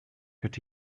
could